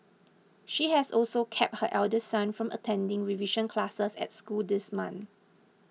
she has also kept her elder son from attending revision classes at school this month